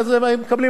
הם לא רוצים ללכת.